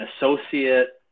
associate